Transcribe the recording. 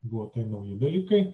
buvo tai nauji dalykai